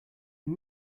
you